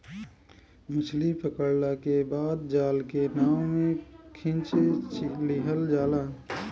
मछली पकड़ला के बाद जाल के नाव में खिंच लिहल जाला